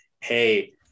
hey